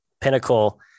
pinnacle